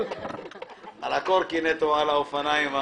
על הקורקינט או על האופניים.